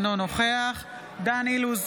אינו נוכח דן אילוז,